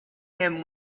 him